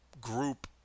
group